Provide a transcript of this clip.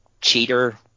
cheater